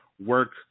work